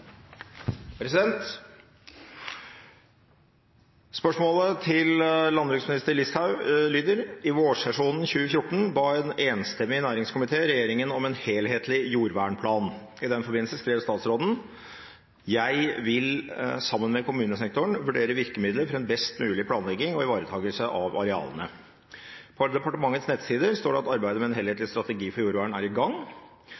Listhaug lyder: «I vårsesjonen 2014 ba en enstemmig næringskomité regjeringen om en helhetlig jordvernplan. I den forbindelse skrev statsråden: «jeg vil sammen med kommunesektoren vurdere virkemidler for en best mulig planlegging og ivaretakelse av arealene». På departementets nettsider står det at arbeidet med en helhetlig strategi for jordvern er i gang.